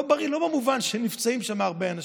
לא בריא לא במובן שנפצעים שם הרבה אנשים,